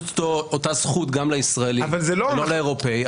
אותה זכות גם לישראלים ולא לאירופאים,